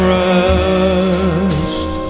rest